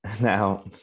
Now